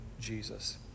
Jesus